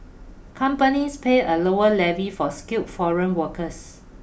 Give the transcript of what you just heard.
companies pay a lower levy for skilled foreign workers